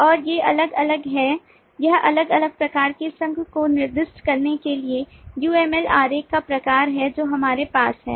और ये अलग अलग हैं यह अलग अलग प्रकार के संघ को निर्दिष्ट करने के लिए UML आरेख का प्रकार है जो हमारे पास है